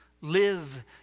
Live